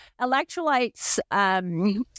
electrolytes